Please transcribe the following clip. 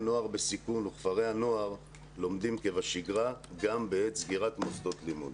נוער בסיכון וכפרי הנוער לומדים כבשגרה גם בעת סגירת מוסדות לימוד.